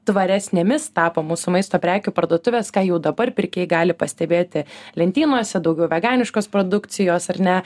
tvaresnėmis tapo mūsų maisto prekių parduotuvės ką jau dabar pirkėjai gali pastebėti lentynose daugiau veganiškos produkcijos ar ne